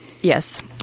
Yes